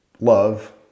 love